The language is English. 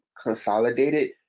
consolidated